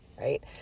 right